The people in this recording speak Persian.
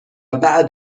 بعد